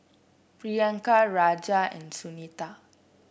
Priyanka Raja and Sunita